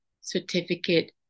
certificate